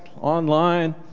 online